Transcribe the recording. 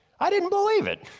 i didn't believe it.